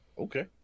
okay